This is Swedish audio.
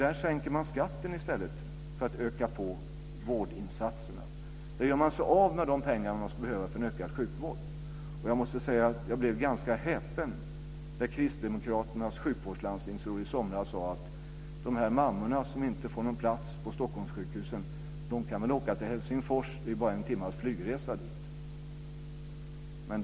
Där sänker man skatten i stället för att öka på vårdinsatserna. Där gör man sig av med de pengar man skulle behöva för en ökad sjukvård. Jag måste säga att jag blev ganska häpen när Kristdemokraternas sjukvårdslandstingsråd i somras sade att de mammor som inte får någon plats på Stockholmssjukhusen kan väl åka till Helsingfors - det är ju bara en timmes flygresa dit!